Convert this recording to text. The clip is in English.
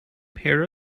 pair